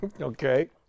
Okay